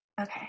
Okay